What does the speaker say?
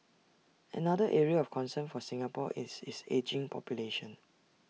another area of concern for Singapore is its ageing population